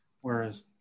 Whereas